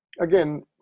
again